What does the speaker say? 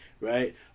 right